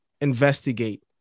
investigate